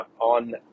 on